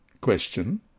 Question